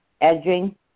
edging